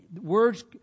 Words